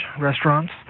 restaurants